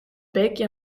beekje